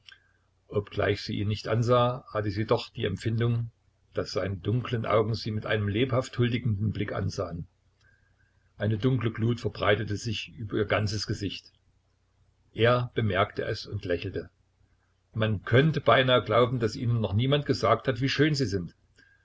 obgleich sie ihn nicht ansah hatte sie doch die empfindung daß seine dunklen augen sie mit einem lebhaft huldigenden blick ansahen eine dunkle glut verbreitete sich über ihr ganzes gesicht er bemerkte es und lächelte man könnte beinahe glauben daß ihnen noch niemand gesagt hat wie schön sie sind